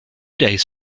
days